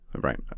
right